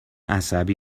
عصبی